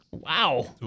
Wow